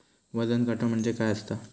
वजन काटो म्हणजे काय असता?